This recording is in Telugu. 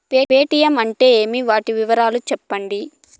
పేటీయం అంటే ఏమి, వాటి వివరాలు సెప్పండి?